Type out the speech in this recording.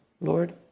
Lord